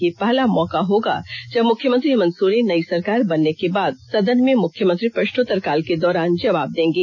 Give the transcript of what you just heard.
यह पहला मौका होगा जब मुख्यमंत्री हेमंत सोरेन नई सरकार बनने के बाद सदन में मुख्यमंत्री प्रष्नोत्तर काल के दौरान जवाब देंगे